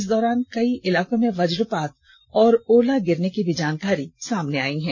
इस दौरान कई इलाकों में वजपात और ओला गिरने की भी जानकारी सामने आई है